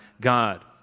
God